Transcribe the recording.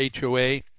HOA